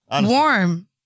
Warm